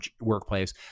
workplace